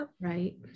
right